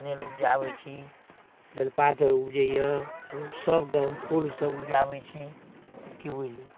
कनैल उपजाबै छी बेलपात उपजैए सबके फूलसब उपजाबै छी कि बुझलिए